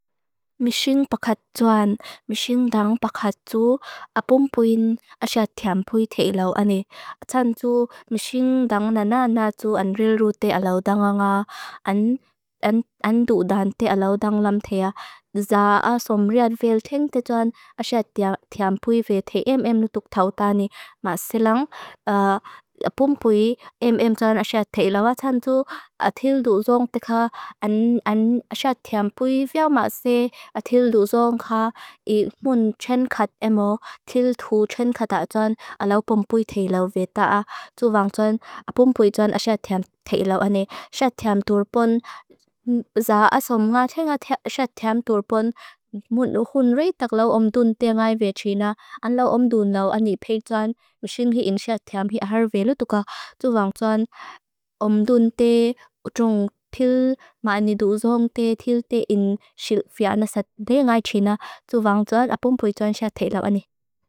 Mìxìng pakàt tsuan, mìxìng dang pakàt tsu apum puyín asya tiampuy tèi lau ani. Tsan tsu mìxìng dang nanà nanà tsu an rìl rù tèi alau danga nga, an ndu dan tèi alau dang lam tèi a. Dza asom rìan vìl tìng tèi tsuan asya tiampuy vèi tèi em em nu tuktautani. Ma sìlang apum puyín em em tsuan asya tèi lau a. Tsan tsu tìl rù rung teka an asya tiampuy vèo ma sì a tìl rù rung kha i mùn txèn kàt emo tìl thù txèn kàt a tsuan alau apum puy tèi lau vèi tà a. Tsu vang tsuan apum puy tsuan asya tiampuy tèi lau ani. Tsa asom nga txèng asya tiampuy.